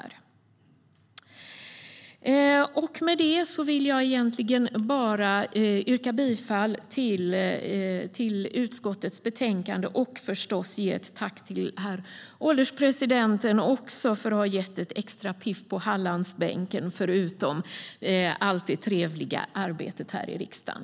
Med detta vill jag yrka bifall till utskottets förslag i betänkandet och förstås ge ett tack till herr ålderspresident för att ha gett extra piff på Hallandsbänken förutom allt det trevliga arbetet här i riksdagen.